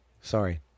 Sorry